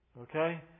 okay